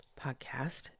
podcast